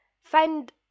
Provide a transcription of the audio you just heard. find